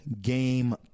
game